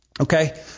okay